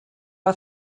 are